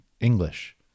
English